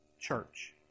church